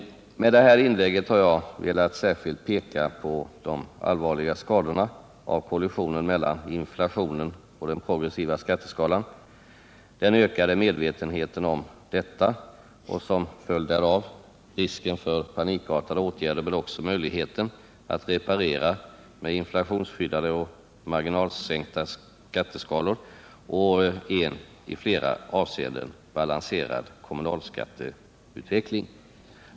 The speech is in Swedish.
Med det här inlägget har jag velat särskilt peka på de allvarliga skadorna av kollisionen mellan inflationen och den progressiva skatteskalan, den ökade medvetenheten om detta och som följd därav risken för panikartade åtgärder. Men jag har också velat peka på möjligheten att reparera med inflationsskyddade och marginalsänkta skatteskalor och en i flera avseenden balanserad kommunalskatteutveckling.